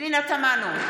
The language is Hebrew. פנינה תמנו,